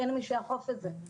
אין מי שיאכוף את זה.